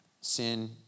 sin